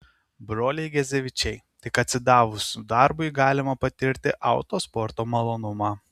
broliai gezevičiai tik atsidavus darbui galima patirti autosporto malonumą